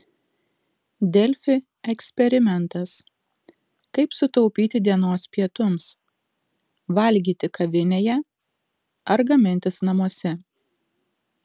delfi eksperimentas kaip sutaupyti dienos pietums valgyti kavinėje ar gamintis namuose